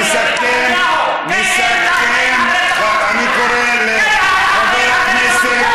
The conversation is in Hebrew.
מסכם, אני קורא לחבר הכנסת,